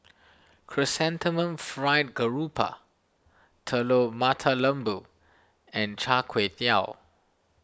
Chrysanthemum Fried Garoupa Telur Mata Lembu and Char Kway Teow